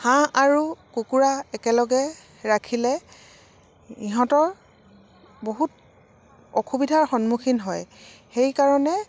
হাঁহ আৰু কুকুৰা একেলগে ৰাখিলে ইহঁতৰ বহুত অসুবিধাৰ সন্মুখীন হয় সেইকাৰণে